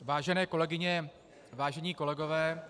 Vážené kolegyně, vážení kolegové